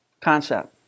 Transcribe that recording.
concept